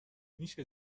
میشه